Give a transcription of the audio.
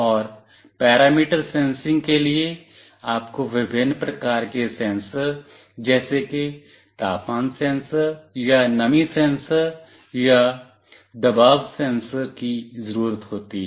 और parameter sensing के लिए आपको विभिन्न प्रकार के सेंसर जैसे कि तापमान सेंसर या नमी सेंसर या दबाव सेंसर की ज़रूरत होती है